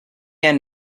and